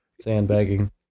Sandbagging